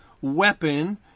weapon